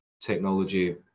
technology